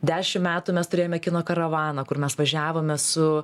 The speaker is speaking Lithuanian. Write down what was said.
dešim metų mes turėjome kino karavaną kur mes važiavome su